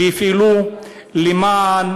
שיפעלו למען